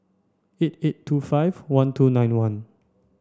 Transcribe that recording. eight eight two five one two nine one